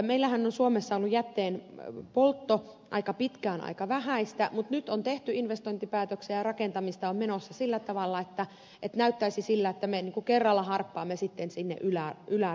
meillähän on suomessa ollut jätteenpoltto aika pitkään aika vähäistä mutta nyt on tehty investointipäätöksiä ja rakentamista on menossa sillä tavalla että näyttäisi siltä että me kerralla harppaamme sinne ylärajoille